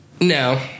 No